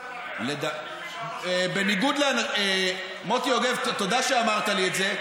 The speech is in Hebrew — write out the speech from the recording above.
בגלל ההתנתקות שהצבעתם עליה.